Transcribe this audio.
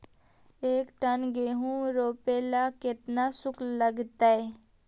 एक टन गेहूं रोपेला केतना शुल्क लगतई?